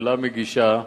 שהממשלה מגישה,